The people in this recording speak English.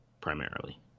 primarily